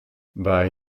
bei